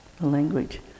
language